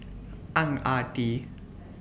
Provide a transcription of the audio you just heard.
Ang Ah Tee